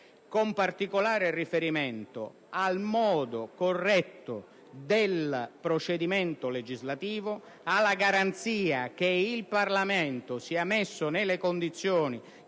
con particolare riferimento al corretto *iter* del procedimento legislativo e alla garanzia che il Parlamento sia messo nelle condizioni